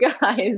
guys